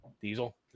diesel